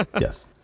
yes